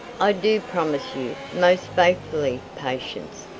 i do promise you, most faithfully, patience,